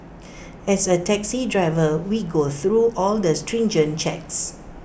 as A taxi driver we go through all the stringent checks